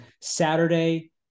Saturday